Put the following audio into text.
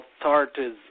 authorities